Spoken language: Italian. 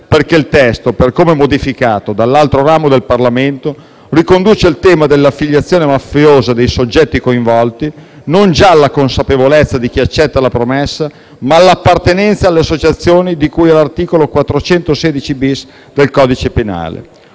perché il testo, per come modificato dall'altro ramo del Parlamento, riconduce al tema della filiazione mafiosa dei soggetti coinvolti non già alla consapevolezza di chi accetta la promessa, ma all'appartenenza alle associazioni di cui all'articolo 416-*bis* del Codice penale.